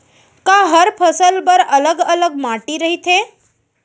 का हर फसल बर अलग अलग माटी रहिथे?